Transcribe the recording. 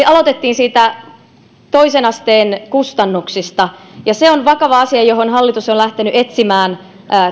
aloitettiin toisen asteen kustannuksista ja se on vakava asia johon hallitus on lähtenyt etsimään